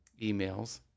emails